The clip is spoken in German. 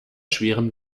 schwerem